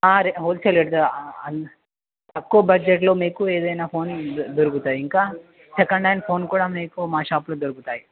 whole sale రేట్కె తక్కువ బడ్జెట్లో మీకు ఏదైనా ఫోన్ దొరుకుతాయి ఇంకా సెకండ్ హ్యాండ్ ఫోన్ కూడా మీకు మా షాప్లో దొరుకుతాయి